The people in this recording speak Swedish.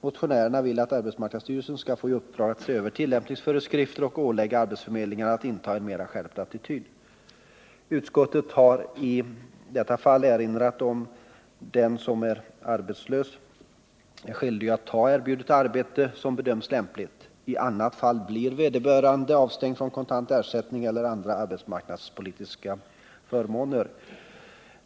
Motionärerna vill att arbetsmarknadsstyrelsen skall få i uppdrag att se över tillämpningsföreskrifterna och ålägga arbetsförmedlingarna att inta en mer skärpt attityd. Utskottet har i detta fall erinrat om att den som är arbetslös är skyldig att ta erbjudet arbete som bedöms lämpligt. I annat fall blir vederbörande avstängd från kontant ersättning eller andra arbetsmarknadspolitiska förmåner.